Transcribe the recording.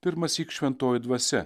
pirmąsyk šventoji dvasia